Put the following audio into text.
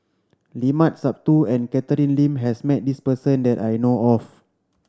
Limat Sabtu and Catherine Lim has met this person that I know of